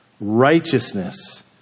Righteousness